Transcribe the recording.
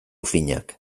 finak